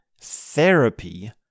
therapy